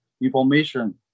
information